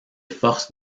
forces